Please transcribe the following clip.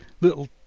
little